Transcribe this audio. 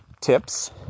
tips